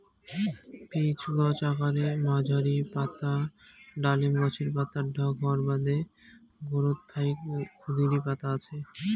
pitch গছ আকারে মাঝারী, পাতা ডালিম গছের পাতার ঢক হওয়ার বাদে গোরোত ফাইক ক্ষুদিরী পাতা আছে